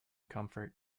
comfort